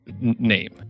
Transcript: name